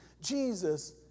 Jesus